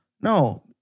no